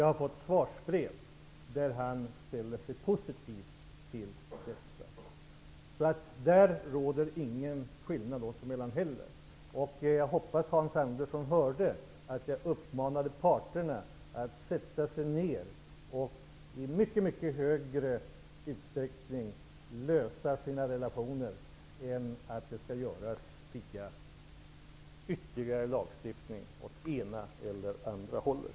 Jag har fått svarsbrev där han ställer sig positiv till detta. Där råder ingen skillnad oss emellan heller. Jag hoppas att Hans Andersson hörde att jag uppmanade parterna att sätta sig ner och lösa sina relationer i mycket högre utsträckning så att det inte skall behöva göras via ytterligare lagstiftning åt ena eller andra hållet.